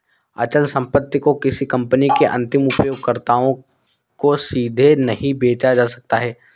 अचल संपत्ति को किसी कंपनी के अंतिम उपयोगकर्ताओं को सीधे नहीं बेचा जा सकता है